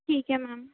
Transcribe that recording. ਠੀਕ ਹੈ ਮੈਮ